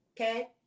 Okay